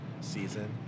season